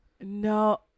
No